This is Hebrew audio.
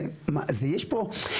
יש פה,